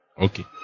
Okay